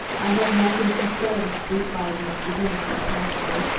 i have nothing to say, replied mr. czenki softly.